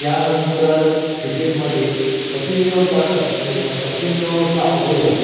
त्यानंतर क्रिकेटमध्ये कपिल देवच्या कपिल देवच्या अगोदर